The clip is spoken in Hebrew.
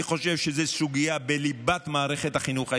אני חושב שזו סוגיה בליבת מערכת החינוך הישראלית.